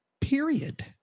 period